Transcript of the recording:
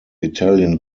italian